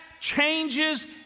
changes